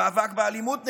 במאבק באלימות נגדן.